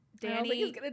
Danny